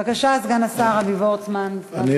בבקשה, סגן השר אבי וורצמן, סגן שר החינוך.